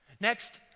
Next